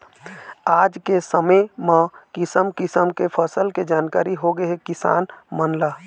आज के समे म किसम किसम के फसल के जानकारी होगे हे किसान मन ल